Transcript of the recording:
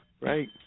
Right